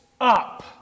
up